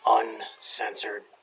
uncensored